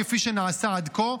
כפי שנעשה עד כה,